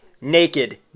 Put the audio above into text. naked